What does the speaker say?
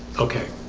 okay